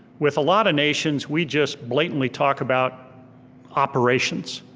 with a lot of nations, we just blatantly talk about operations.